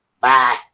Bye